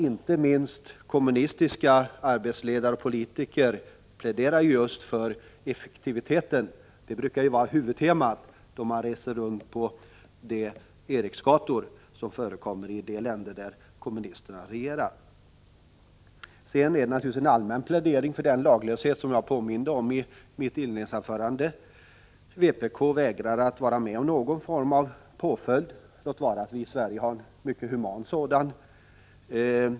Inte minst kommunistiska arbetsledare och politiker pläderar för effektivitet — det brukar vara huvudtemat då de reser runt på de eriksgator som förekommer i de länder där kommunisterna regerar. Sedan fanns det naturligtvis en allmän plädering för den laglöshet som jag påminde om i mitt inledningsanförande. Vpk vägrar att vara med om någon form av påföljd — även trots att vi i Sverige har mycket humana sådana.